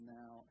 now